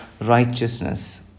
righteousness